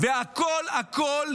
והכול הכול,